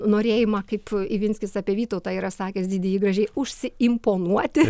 norėjimą kaip ivinskis apie vytautą yra sakęs didįjį gražiai užsiimponuoti